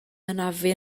anafu